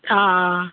आं आं